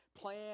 plan